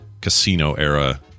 casino-era